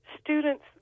Students